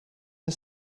her